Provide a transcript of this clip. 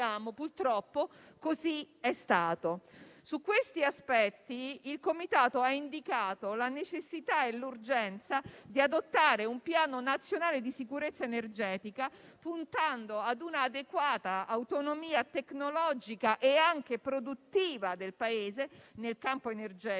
purtroppo così è stato. Su questi aspetti, il Comitato ha indicato la necessità e l'urgenza di adottare un piano nazionale di sicurezza energetica, puntando ad un'adeguata autonomia tecnologica e anche produttiva del Paese nel campo energetico